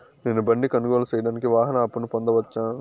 నేను బండి కొనుగోలు సేయడానికి వాహన అప్పును పొందవచ్చా?